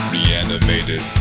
Reanimated